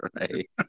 Right